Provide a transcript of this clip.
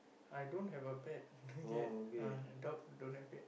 I don't have a pet yet ah dog don't have yet